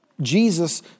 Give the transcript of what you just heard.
Jesus